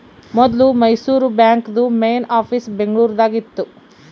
ಮೊದ್ಲು ಮೈಸೂರು ಬಾಂಕ್ದು main office Bengaluru ದಾಗ ಇತ್ತು